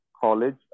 college